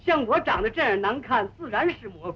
so what that